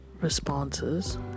responses